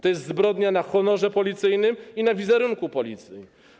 To jest zbrodnia na honorze policyjnym i na wizerunku Policji.